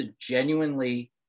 genuinely